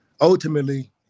ultimately